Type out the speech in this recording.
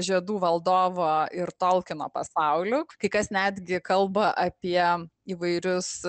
žiedų valdovo ir tolkieno pasauliu kai kas netgi kalba apie įvairius